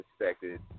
expected